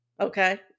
Okay